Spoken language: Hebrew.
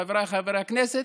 חבריי חברי הכנסת,